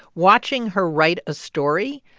watching her write a story,